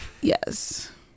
yes